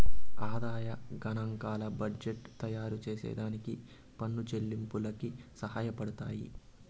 ఆదాయ గనాంకాలు బడ్జెట్టు తయారుచేసే దానికి పన్ను చెల్లింపులకి సహాయపడతయ్యి